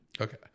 Okay